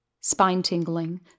spine-tingling